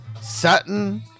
Sutton